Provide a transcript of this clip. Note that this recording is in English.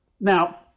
Now